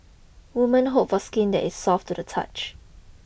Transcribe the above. women hope for skin that is soft to the touch